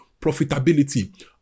profitability